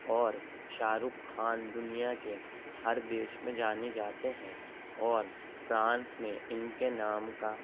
اور شاہ رخ خان دنیا کے ہر دیش میں جانے جاتے ہیں اور فرانس میں ان کے نام کا